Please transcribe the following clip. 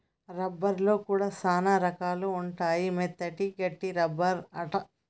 rubber లో కూడా చానా రకాలు ఉంటాయి మెత్తటి, గట్టి రబ్బర్ అట్లా